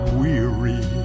weary